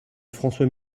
françois